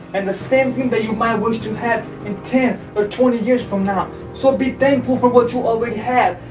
and the same thing that you might wish to have in ten or but twenty years from now so be thankful for what you already have.